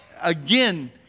Again